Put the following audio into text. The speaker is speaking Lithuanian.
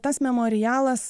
tas memorialas